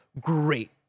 great